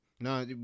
no